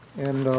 and